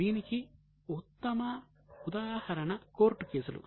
దీనికి ఉత్తమ ఉదాహరణ కోర్టు కేసులు